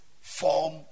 form